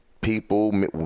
People